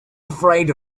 afraid